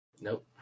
Nope